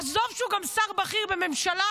עזוב שהוא גם שר בכיר בממשלה,